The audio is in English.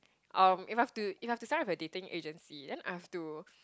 uh if I have to if I have to sign up a dating agency then I have to